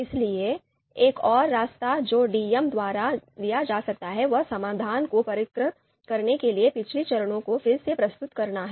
इसलिए एक और रास्ता जो डीएम द्वारा लिया जा सकता है वह समाधान को परिष्कृत करने के लिए पिछले चरणों को फिर से प्रस्तुत करना है